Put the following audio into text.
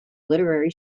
literary